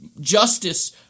justice